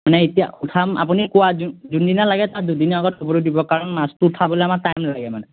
মানে এতিয়া উঠাম আপুনি কোৱা যোন যোনদিনা লাগে তাত দুদিনৰ আগত খবৰটো দিব কাৰণ মাছটো উঠাবলৈ আমাৰ টাইম লাগে মানে